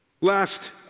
Last